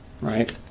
Right